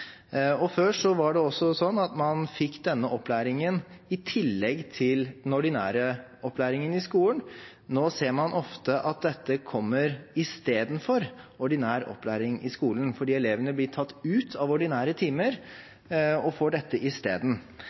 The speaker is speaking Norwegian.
Før var det også slik at man fikk denne opplæringen i tillegg til den ordinære opplæringen i skolen. Nå ser man ofte at dette kommer i stedet for ordinær opplæring i skolen – elevene blir tatt ut i ordinære timer og får dette i